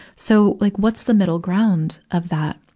so, like what's the middle ground of that,